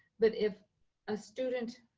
but if a student